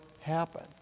happen